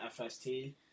FST